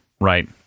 right